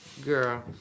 girl